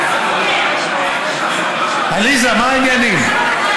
עליזה, מה העניינים?